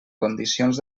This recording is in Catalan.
condicions